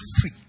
free